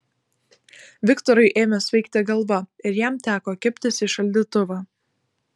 viktorui ėmė svaigti galva ir jam teko kibtis į šaldytuvą